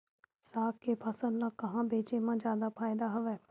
साग के फसल ल कहां बेचे म जादा फ़ायदा हवय?